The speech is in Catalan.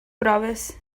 proves